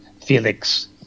felix